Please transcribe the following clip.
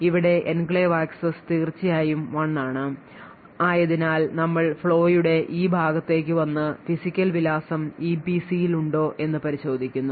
ഇവിടെ enclave access തീർച്ചയായും 1 ആണ് ആയതിനാൽ നമ്മൾ ഫ്ലോയുടെ ഈ ഭാഗത്തേക്ക് വന്ന് ഫിസിക്കൽ വിലാസം ഇപിസിയിൽ ഉണ്ടോ എന്ന് പരിശോധിക്കുന്നു